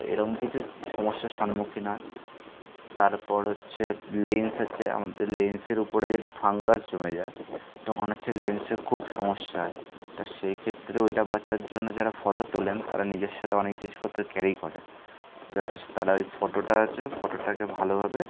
তো এরকম কিছু সমস্যার সম্মুখীন হয় তারপর হচ্ছে লেন্স আছে আমাদের লেন্সের উপরে যদি ফাঙ্গাস জমে যায় তখন হচ্ছে লেন্সে খুব সমস্যা তা সেক্ষেত্রে ওইটা বাঁচার জন্য যারা ফটো তোলেন তারা নিজের সাথে অনেক জিনিসপত্র ক্যারি করেন যাতে তারা ওই ফটোটা আছে ফটোটাকে ভালোভাবে